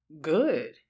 good